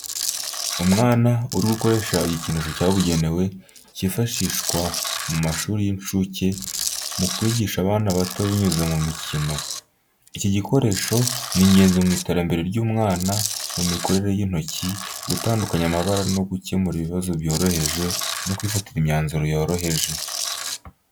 Umwana uri gukoresha igikinisho cy’ubwenge cyifashishwa mu mashuri y’inshuke mu kwigisha abana bato binyuze mu mikino. iki gikoresho ni ingenzi mu iterambere ry’umwana mu mikorere y’intoki, gutandukanya amabara no gukemura ibibazo byoroheje no kwifatira imyanzuro yoroheje.